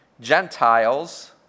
Gentiles